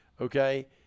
okay